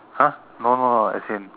!huh! no no no as in